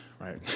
right